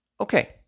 Okay